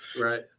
Right